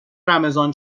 رمضان